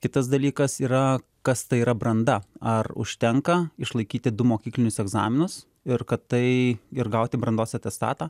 kitas dalykas yra kas tai yra branda ar užtenka išlaikyti du mokyklinius egzaminus ir kad tai ir gauti brandos atestatą